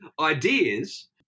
ideas